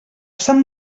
sant